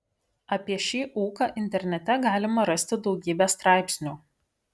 apie šį ūką internete galima rasti daugybę straipsnių